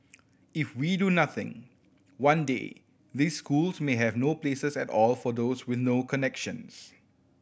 if we do nothing one day these schools may have no places at all for those with no connections